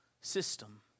system